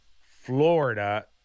Florida